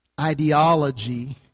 ideology